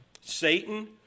Satan